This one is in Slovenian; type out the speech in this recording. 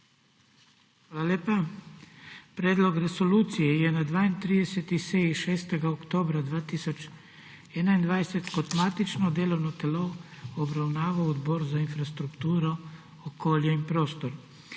Hvala lepa. Predlog resolucije je na 32. seji 6. oktobra 2021 kot matično delovno telo obravnaval Odbor za infrastrukturo, okolje in prostor.